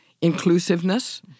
inclusiveness